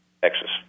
Texas